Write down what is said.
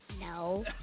No